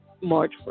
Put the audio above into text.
March